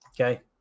Okay